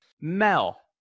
Mel